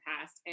past